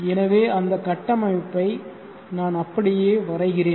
எனவே அந்த கட்டமைப்பை நான் அப்படியே வரைகிறேன்